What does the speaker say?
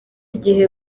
gihe